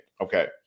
Okay